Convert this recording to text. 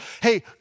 Hey